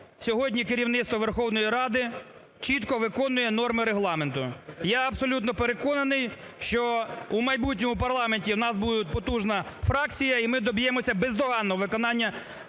сьогодні керівництво Верховної Ради чітко виконує норми Регламенту. Я абсолютно переконаний, що у майбутньому парламенті у нас буде потужна фракція, і ми доб'ємося бездоганного виконання Регламенту.